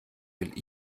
will